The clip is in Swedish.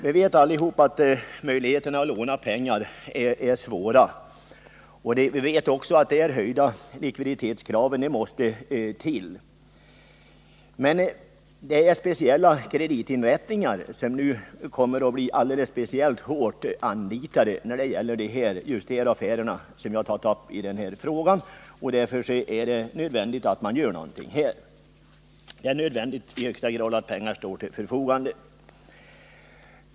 Vi vet alla att möjligheterna att låna pengar är små, och vi vet också att höjda likviditetskrav måste till. Men det är speciella kreditinrättningar som nu kommer att bli alldeles speciellt hårt anlitade när det gäller just de affärer jag har tagit upp i den här frågan. Därför är det nödvändigt att något görs. Det är i högsta grad nödvändigt att pengar står till förfogande.